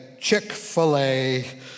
Chick-fil-A